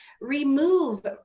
remove